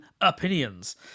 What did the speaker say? opinions